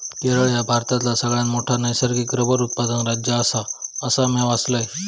केरळ ह्या भारतातला सगळ्यात मोठा नैसर्गिक रबर उत्पादक राज्य आसा, असा म्या वाचलंय